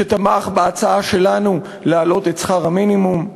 שתמך בהצעה שלנו להעלות את שכר המינימום.